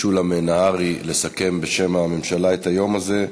משולם נהרי לסכם בשם הממשלה את היום הזה.